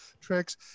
tricks